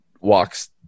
walks